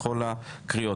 בכל הקריאות.